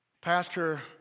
Pastor